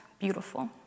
Beautiful